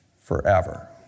forever